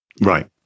Right